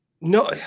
no